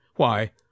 Why